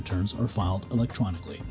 returns are filed electronically